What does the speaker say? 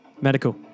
Medical